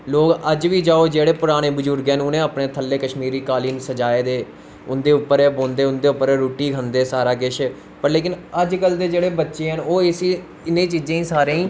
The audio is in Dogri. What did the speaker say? लोग अज्ज बी जाओ पराने बजुर्गैं न उनैं अपनै थल्लै कश्मीरी कालीन सज़ाए दे उंदे उप्पर गै बौंह्दे उंदै उप्पर गै रुट्टी खंदे सारा किश व लेकिन अज्ज कल दे बच्चे न ओह् इसी इनें चीजें गी सारें गी